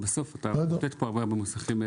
בסוף אתה תמוטט פה הרבה מוסכים.